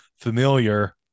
familiar